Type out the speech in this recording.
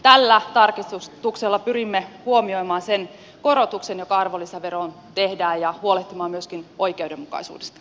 tällä tarkistuksella pyrimme huomioimaan sen korotuksen joka arvonlisäveroon tehdään ja huolehtimaan myöskin oikeudenmukaisuudesta